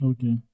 Okay